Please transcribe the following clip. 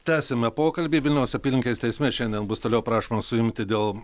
tęsiame pokalbį vienos apylinkės teisme šiandien bus toliau prašoma suimti dėl